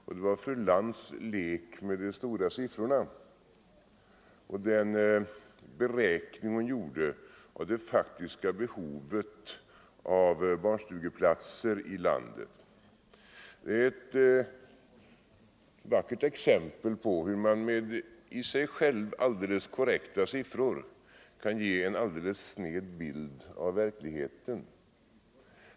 Jag syftar på fru Lantz" lek med de stora siffrorna och den beräkning hon gjorde av det faktiska behovet av barnstugeplatser i landet. Det är ett vackert exempel på hur man med siffror som i sig själva är helt korrekta kan ge en alldeles sned bild av verkligheten.